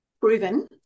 proven